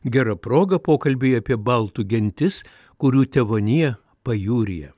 gera proga pokalbiui apie baltų gentis kurių tėvonija pajūryje